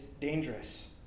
dangerous